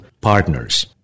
partners